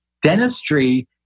dentistry